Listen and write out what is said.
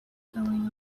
going